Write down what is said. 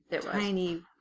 tiny